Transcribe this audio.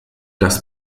das